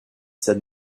said